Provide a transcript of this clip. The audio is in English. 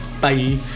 Bye